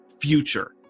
future